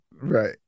Right